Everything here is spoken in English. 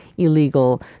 illegal